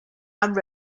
and